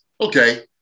Okay